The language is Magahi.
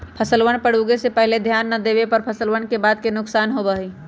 फसलवन पर उगे से पहले ध्यान ना देवे पर फसलवन के बाद के नुकसान होबा हई